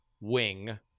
wing